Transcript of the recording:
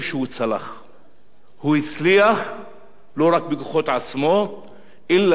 הוא הצליח לא רק בכוחות עצמו אלא על-ידי דמגוגיה,